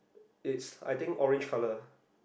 it's I think orange color